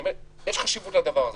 אני אומר: יש חשיבות לדבר הזה,